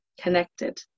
connected